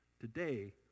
Today